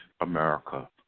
America